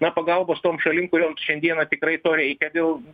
na pagalbos tom šalim kurioms šiandieną tikrai to reikia dėl